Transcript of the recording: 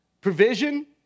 Provision